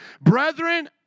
Brethren